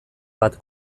bat